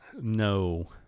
no